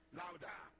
louder